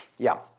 yeah.